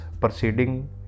proceeding